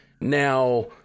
Now